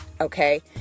Okay